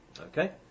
Okay